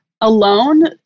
alone